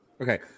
Okay